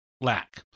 lack